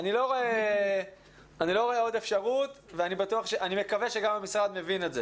אני לא רואה עוד אפשרות ואני מקווה שגם המשרד מבין את זה